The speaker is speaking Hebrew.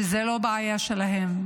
שזו לא בעיה שלהם,